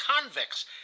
convicts